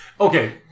Okay